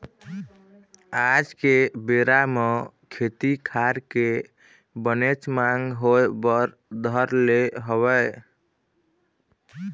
आज के बेरा म खेती खार के बनेच मांग होय बर धर ले हवय